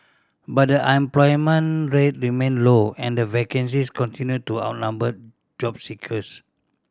but the unemployment rate remained low and vacancies continued to outnumber job seekers